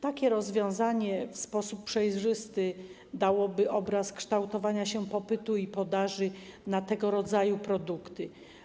Takie rozwiązanie w sposób przejrzysty dałoby obraz kształtowania się popytu i podaży na tego rodzaju produkty.